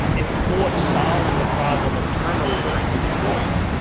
if ford solved the problem of turnover in detroit,